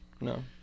No